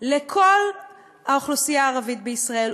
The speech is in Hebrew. לכל האוכלוסייה הערבית בישראל,